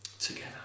together